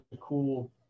cool